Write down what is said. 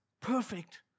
perfect